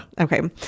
Okay